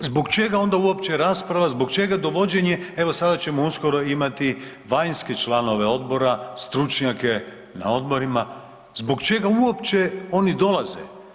Zbog čega onda uopće rasprava, zbog čega dovođenje evo sada ćemo uskoro imati vanjske članove odbora stručnjake na odborima, zbog čega oni uopće dolaze?